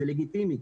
זה לגיטימי,